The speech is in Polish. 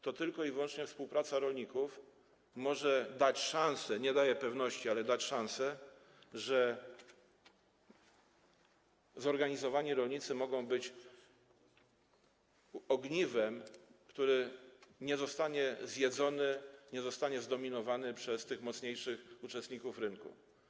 Tylko i wyłącznie współpraca rolników może dać szansę - nie daje tej pewności, ale może dać szansę - że zorganizowani rolnicy mogą być ogniwem, które nie zostanie zjedzone, nie zostanie zdominowane przez tych mocniejszych uczestników rynku.